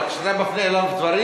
אבל כשאתה מפנה אליו דברים,